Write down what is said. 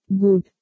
Good